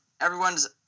Everyone's